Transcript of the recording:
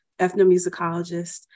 ethnomusicologist